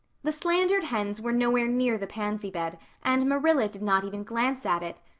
the slandered hens were nowhere near the pansy bed and marilla did not even glance at it.